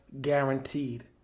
guaranteed